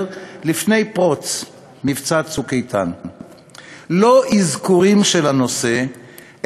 לפני פרוץ מבצע "צוק איתן"; לא אזכורים של הנושא,